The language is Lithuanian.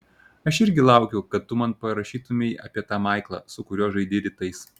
aš irgi laukiu kad tu man parašytumei apie tą maiklą su kuriuo žaidi rytais